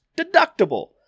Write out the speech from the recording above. Deductible